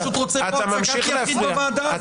אתה פשוט רוצה פה הצגת יחיד בוועדה הזאת.